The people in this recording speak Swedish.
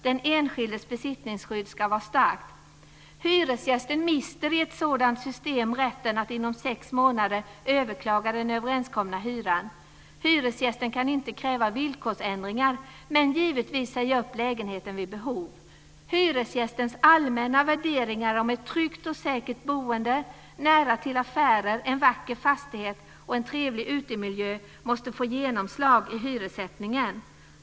Den enskildes besittningsskydd ska vara starkt. I ett sådant system mister hyresgästen rätten att inom sex månader överklaga den överenskomna hyran. Hyresgästen kan inte kräva villkorsändringar men kan givetvis vid behov säga upp lägenheten. Hyresgästens allmänna värderingar om ett tryggt och säkert boende - nära till affärer, i en vacker fastighet och med en trevlig utemiljö - måste få genomslag vid hyressättningen.